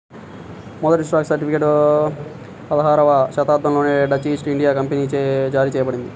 మొదటి stock certificate పదహారవ శతాబ్దంలోనే డచ్ ఈస్ట్ ఇండియా కంపెనీచే జారీ చేయబడింది